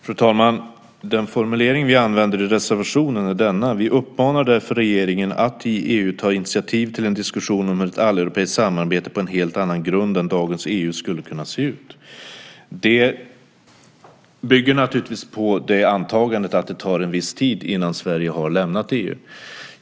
Fru talman! Den formulering vi använder i reservationen är denna: "Vi uppmanar därför regeringen att i EU ta initiativ till en diskussion om hur ett alleuropeiskt samarbete på en helt annan grund än dagens EU skulle kunna se ut." Det bygger naturligtvis på det antagandet att det tar en viss tid innan Sverige har lämnat EU.